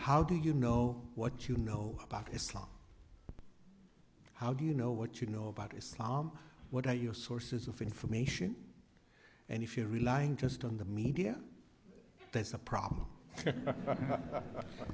how do you know what you know about islam how do you know what you know about islam what are your sources of information and if you're relying just on the media that's a problem